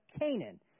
Canaan